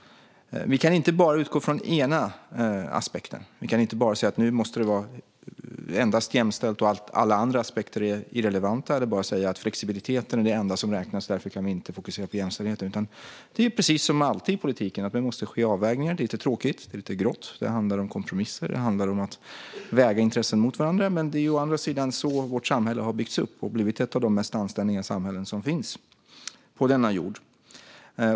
Vi kan inte bara utgå från den ena aspekten och säga att det nu endast måste vara jämställt och att alla andra aspekter är irrelevanta eller att flexibiliteten är det enda som räknas och att vi därför inte kan fokusera på jämställdheten. Det är precis som alltid i politiken att det måste ske avvägningar - lite tråkigt och grått. Det handlar om kompromisser och att väga intressen mot varandra. Men det är å andra sidan så vårt samhälle har byggts upp och blivit ett av de mest anständiga samhällen som finns på denna jord.